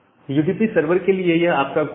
UDP server के लिए यह आपका कोड है